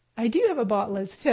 i do have a bot liz,